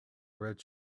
red